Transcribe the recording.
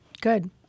good